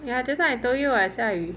ya that's why I told you [what] 下雨